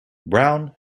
brown